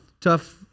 tough